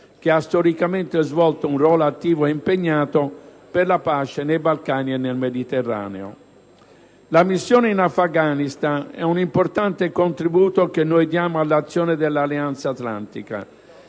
che ha storicamente svolto un ruolo attivo e impegnato per la pace nei Balcani e nel Mediterraneo. La missione in Afghanistan è un importante contributo che noi diamo all'azione dell'Alleanza Atlantica,